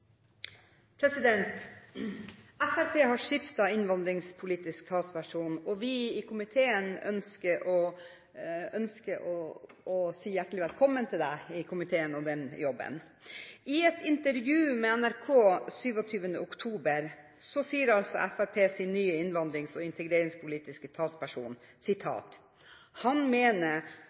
har skiftet innvandringspolitisk talsperson, og vi i komiteen ønsker representanten hjertelig velkommen i komiteen og til jobben der. I et intervju med NRK 27. oktober sies følgende om Fremskrittspartiets nye innvandrings- og integreringspolitiske talsperson: «Han mener